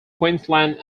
queensland